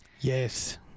yes